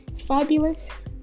fabulous